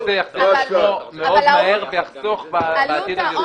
אנחנו --- מאוד מהר ויחסוך בעתיד,